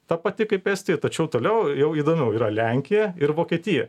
ta pati kaip estija tačiau toliau jau įdomiau yra lenkija ir vokietija